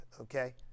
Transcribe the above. okay